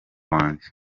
wanjye